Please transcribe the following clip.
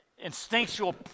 Instinctual